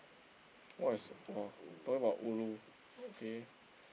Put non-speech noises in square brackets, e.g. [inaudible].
[breath] what is !wah! talking about ulu okay